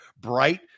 Bright